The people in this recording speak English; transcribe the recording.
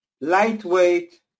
lightweight